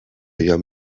joan